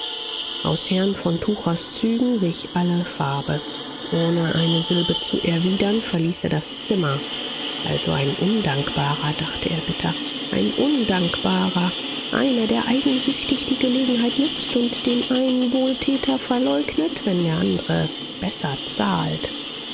aus herrn von tuchers zügen wich alle farbe ohne eine silbe zu erwidern verließ er das zimmer also ein undankbarer dachte er bitter ein undankbarer einer der eigensüchtig die gelegenheit nutzt und den einen wohltäter verleugnet wenn der andre besser zahlt